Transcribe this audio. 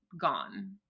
gone